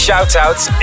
Shout-outs